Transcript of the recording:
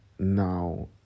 Now